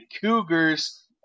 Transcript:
Cougars